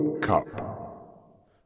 Cup